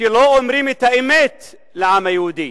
שלא אומרים את האמת לעם היהודי,